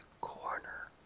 corner